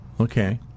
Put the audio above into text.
okay